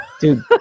Dude